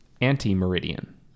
Anti-meridian